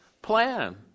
Plan